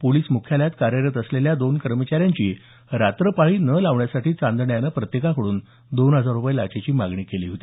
police मुख्यालयात कार्यरत असलेल्या दोन कर्मचाऱ्यांची रात्रपाळी न लावण्यासाठी चांदणे यानं प्रत्येकाकडून दोन हजार रुपये लाचेची मागणी केली होती